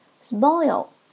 Spoil